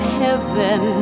heaven